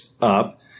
up